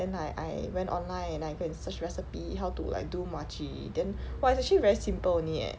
then I I went online and I go and search recipe how to like do muah chee then !wah! it's actually very simple only eh